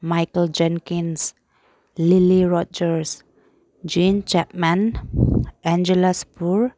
Michael Jackson Lily Rogers Jean Chatman Angels ꯄꯨꯔ